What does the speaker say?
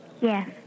Yes